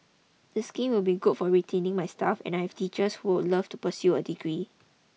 the scheme would be good for retaining my staff and I have teachers who would love to pursue a degree